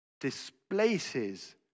displaces